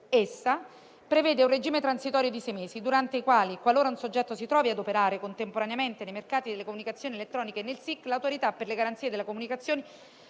essa prevede un regime transitorio di sei mesi, durante i quali, qualora un soggetto si trovi a operare contemporaneamente nei mercati delle comunicazioni elettroniche e nel Sistema integrato delle comunicazioni